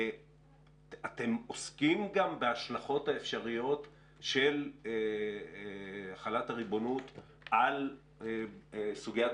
עושים גם בהשלכות האפשריות של החלת הריבונות על סוגיית